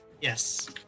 yes